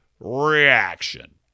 reaction